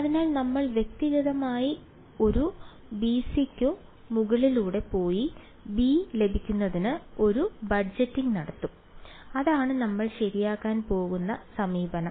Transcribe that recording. അതിനാൽ നമ്മൾ വ്യക്തിഗതമായി ഒരു ബി സിക്ക് മുകളിലൂടെ പോയി ബി ലഭിക്കുന്നതിന് ഒരു ബജറ്റിംഗ് നടത്തും അതാണ് നമ്മൾ ശരിയാക്കാൻ പോകുന്ന സമീപനം